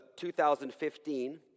2015